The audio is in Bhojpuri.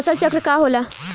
फसल चक्र का होला?